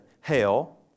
Hail